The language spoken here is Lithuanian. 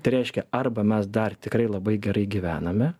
tai reiškia arba mes dar tikrai labai gerai gyvename